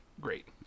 great